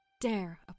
dare